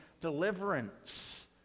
deliverance